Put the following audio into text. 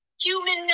human